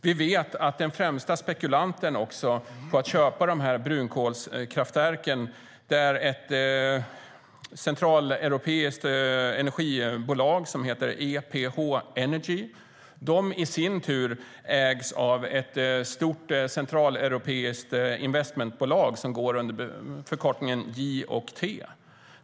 Vi vet att den främsta spekulanten på att köpa dessa brunkolskraftverk är ett centraleuropeiskt energibolag som heter EPH. Det bolaget ägs i sin tur av ett stort centraleuropeiskt investmentbolag som går under förkortningen J & T.